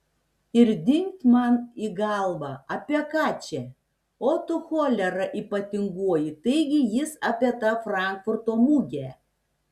ir dingt man į galvą apie ką čia o tu cholera ypatingoji taigi jis apie tą frankfurto mugę